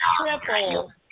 triple